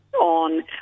on